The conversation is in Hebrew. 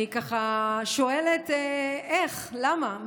אני שואלת: איך, למה?